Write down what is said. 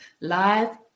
live